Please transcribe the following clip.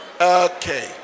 okay